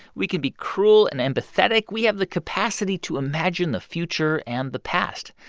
we can be cruel and empathetic. we have the capacity to imagine the future and the past.